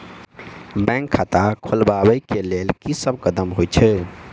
Bank खाता खोलबाबै केँ लेल की सब कदम होइ हय?